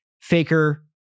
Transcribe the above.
Faker